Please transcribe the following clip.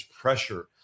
pressure